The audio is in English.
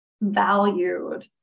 valued